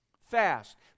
fast